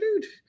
dude